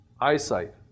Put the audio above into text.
eyesight